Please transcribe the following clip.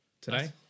Today